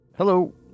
Hello